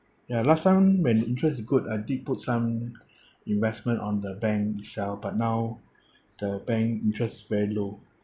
ya last time when interest good I did put some investment on the bank itself but now the bank interest very low